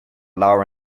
lara